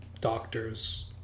doctors